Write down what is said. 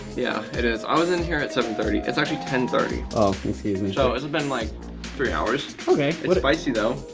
yeah, it is. i was in here at seven thirty. it's actually ten thirty. oh, excuse me. so, it's been like three hours. okay. it's spicy, though.